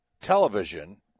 television